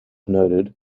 noted